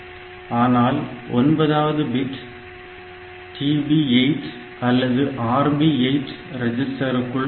ஆனால் ஒன்பதாவது bit TB8 அல்லது RB8 ரெஜிஸ்டருக்குள் கிடைக்கும்